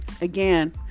Again